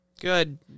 Good